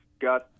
got